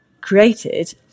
created